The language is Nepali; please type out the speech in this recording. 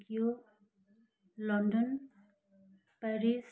Tokyo London Paris